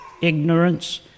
ignorance